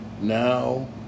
Now